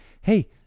hey